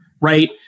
right